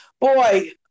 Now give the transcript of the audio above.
boy